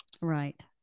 Right